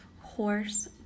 horse